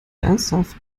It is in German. ernsthaft